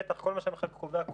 בטח כל מה שהמחוקק קובע.